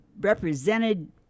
represented